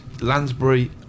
Lansbury